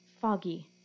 foggy